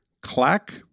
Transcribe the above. Clack